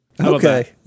Okay